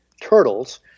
turtles